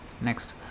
Next